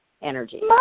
Energy